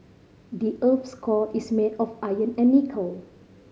the earth's core is made of iron and nickel